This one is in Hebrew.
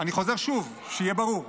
אני חוזר שוב, שיהיה ברור: